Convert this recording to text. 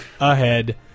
ahead